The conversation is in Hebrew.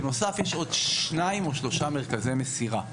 בנוסף יש עוד שניים או שלושה מרכזי מסירה.